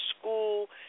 school